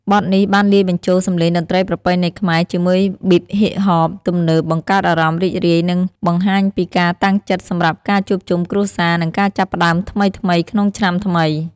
បទនេះបានលាយបញ្ចូល សម្លេងតន្ត្រីប្រពៃណីខ្មែរ ជាមួយប៊ីតហ៊ីបហបទំនើបបង្កើតអារម្មណ៍រីករាយ និងបង្ហាញពីការតាំងចិត្តសម្រាប់ការជួបជុំគ្រួសារ និងការចាប់ផ្តើមថ្មីៗក្នុងឆ្នាំថ្មី។